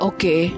Okay